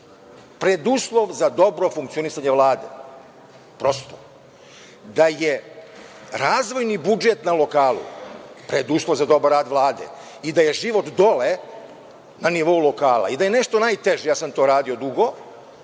preduslov za dobro funkcionisanje Vlade, prosto. Da je razvojni budžet na lokalu preduslov za dobar rad Vlade i da je život dole, na nivou lokala i da je nešto najteže, ja sam to radio dugo,